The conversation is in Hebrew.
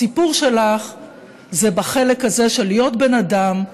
הסיפור שלך זה בחלק הזה של להיות בן אדם,